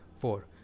four